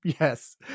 Yes